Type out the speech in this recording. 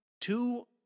Two